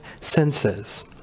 senses